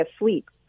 asleep